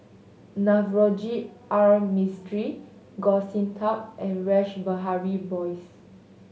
Navroji R Mistri Goh Sin Tub and Rash Behari Bose